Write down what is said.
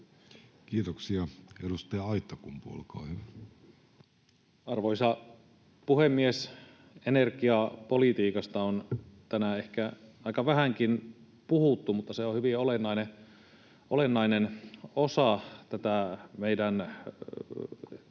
vuodelle 2024 Time: 21:12 Content: Arvoisa puhemies! Energiapolitiikasta on tänään ehkä aika vähänkin puhuttu, mutta se on hyvin olennainen osa tätä meidän koko